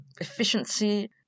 efficiency